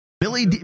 Billy